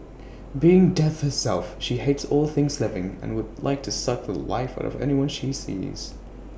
being death herself she hates all things living and would like to suck The Life out of anyone she sees